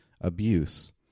abuse